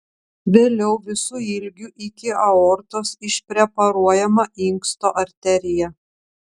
vėliau visu ilgiu iki aortos išpreparuojama inksto arterija